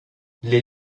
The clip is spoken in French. les